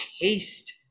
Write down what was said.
taste